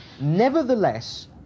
nevertheless